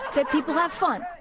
that people have fun,